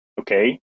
okay